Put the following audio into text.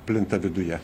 plinta viduje